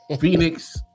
Phoenix